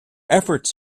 efforts